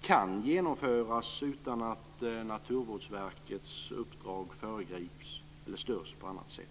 kan genomföras utan att Naturvårdsverkets uppdrag föregrips eller störs på annat sätt.